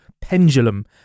Pendulum